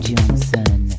Johnson